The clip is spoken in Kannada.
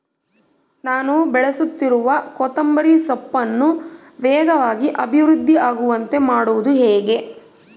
ನಾನು ಬೆಳೆಸುತ್ತಿರುವ ಕೊತ್ತಂಬರಿ ಸೊಪ್ಪನ್ನು ವೇಗವಾಗಿ ಅಭಿವೃದ್ಧಿ ಆಗುವಂತೆ ಮಾಡುವುದು ಹೇಗೆ?